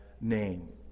name